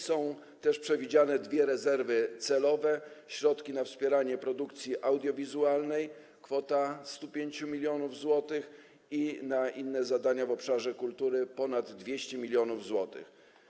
Są też przewidziane dwie rezerwy celowe: środki na wspieranie produkcji audiowizualnej w kwocie 105 mln zł i na inne zadania w obszarze kultury - ponad 200 mln zł.